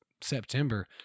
September-